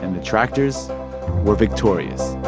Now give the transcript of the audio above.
and the tractors were victorious